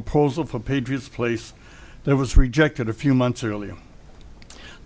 proposal for patriots place that was rejected a few months earlier